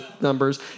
numbers